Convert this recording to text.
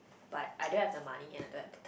but I don't have the money and I don't have